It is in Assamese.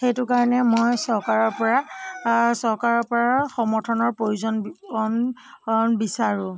সেইটো কাৰণে মই চৰকাৰৰ পৰা চৰকাৰৰ পৰা সমৰ্থনৰ প্ৰয়োজন কণ বিচাৰোঁ